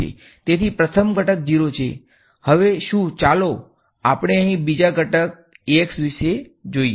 તેથી પ્રથમ ઘટક 0 છે હવે શું ચાલો આપણે અહીં બીજા ઘટકને Ax વિષે જોઈએ